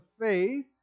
faith